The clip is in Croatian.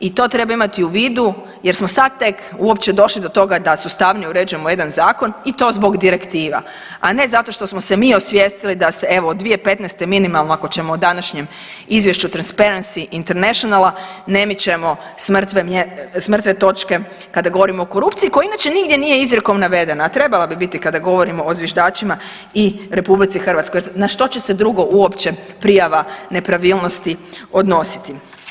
I to treba imati u vidu jer smo sad tek uopće došli do toga da sustavnije uređujemo jedan zakon i to zbog direktiva, a ne zato što smo se mi osvijestili da se evo od 2015. minimalno ako ćemo o današnjem izvješću Transperency Internationala ne mičemo s mrtve točke kada govorimo o korupcija koja inače nigdje nije izrijekom navedena, a trebala bi biti kada govorimo o zviždačima i RH jer na što će se drugo uopće prijava nepravilnosti odnositi.